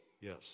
Yes